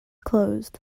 closed